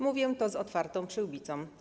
Mówię to z otwartą przyłbicą.